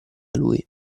lui